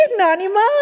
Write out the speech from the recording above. Nanima